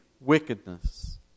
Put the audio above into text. wickedness